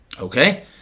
Okay